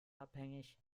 abhängig